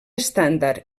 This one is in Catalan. estàndard